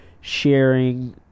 sharing